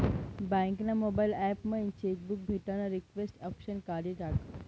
bank ना mobile app मयीन cheque book भेटानं रिक्वेस्ट ऑप्शन काढी टाकं